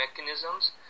mechanisms